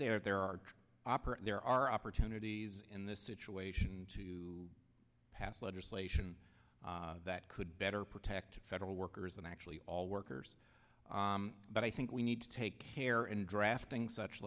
there are operating there are opportunities in this situation to pass legislation that could better protect federal workers and actually all workers but i think we need to take care in drafting such